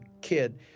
kid